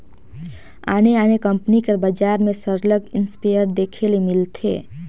आने आने कंपनी कर बजार में सरलग इस्पेयर देखे ले मिलथे